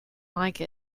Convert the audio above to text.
like